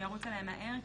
אני ארוץ עליהם מהר,